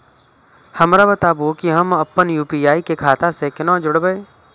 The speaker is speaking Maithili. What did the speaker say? हमरा बताबु की हम आपन यू.पी.आई के खाता से कोना जोरबै?